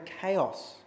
chaos